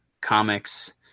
comics